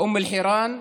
אום אל-חיראן.